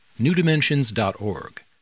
newdimensions.org